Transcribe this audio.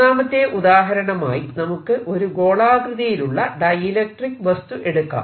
മൂന്നാമത്തെ ഉദാഹരണമായി നമുക്ക് ഒരു ഗോളാകൃതിയിലുള്ള ഡൈഇലക്ട്രിക്ക് വസ്തു എടുക്കാം